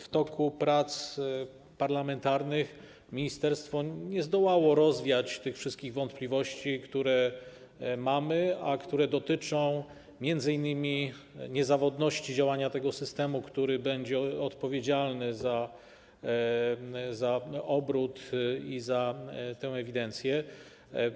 W toku prac parlamentarnych ministerstwo nie zdołało rozwiać wszystkich wątpliwości, które mamy, a które dotyczą m.in. niezawodności działania tego systemu, który będzie odpowiedzialny za obrót i za tę ewidencję.